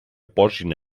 posin